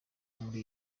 muri